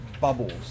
bubbles